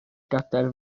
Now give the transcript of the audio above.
gadair